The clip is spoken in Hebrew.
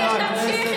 יש לך,